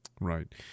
right